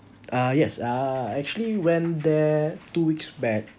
ah yes uh I actually went there two weeks back